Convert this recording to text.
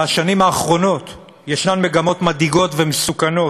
בשנים האחרונות יש מגמות מדאיגות ומסוכנות,